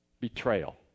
betrayal